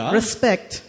respect